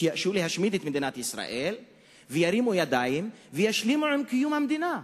מלהשמיד את מדינת ישראל וירימו ידיים וישלימו עם קיום המדינה.